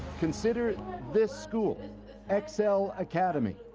consider this school and excel academy.